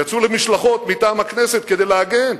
ויצאו במשלחות מטעם הכנסת כדי להגן.